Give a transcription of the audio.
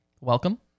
welcome